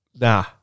Nah